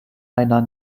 einer